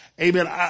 amen